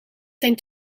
zijn